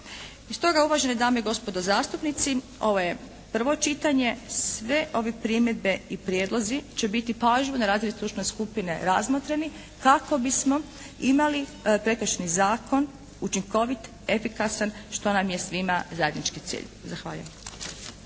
Stoga uvažene dame i gospodo zastupnici, ovo je prvo čitanje. Sve ove primjedbe i prijedlozi će biti pažljivo na razini stručne skupine razmotreni kako bismo imali prekršajni zakon učinkovit, efikasan što nam je svima zajednički cilj. Zahvaljujem.